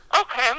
Okay